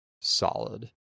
solid